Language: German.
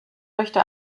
möchte